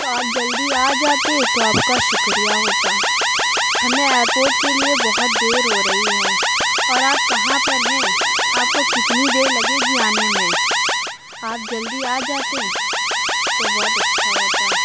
تو آپ جلدی آ جاتے تو آپ کا شُکریہ ہوتا ہمیں ایئر پورٹ کے لیے بہت دیر ہو رہی ہے اور آپ کہاں پر ہیں آپ کو کتنی دیر لگے گی آنے میں آپ جلدی آ جاتے تو بہت اچھا ہوتا